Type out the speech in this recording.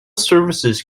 services